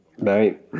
Right